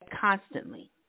constantly